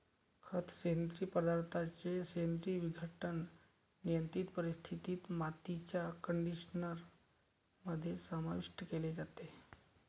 खत, सेंद्रिय पदार्थांचे सेंद्रिय विघटन, नियंत्रित परिस्थितीत, मातीच्या कंडिशनर मध्ये समाविष्ट केले जाते